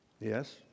yes